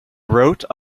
wrote